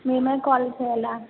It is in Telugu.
మేమే కాల్ చెయ్యాలా